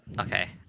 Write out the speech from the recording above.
Okay